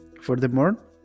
Furthermore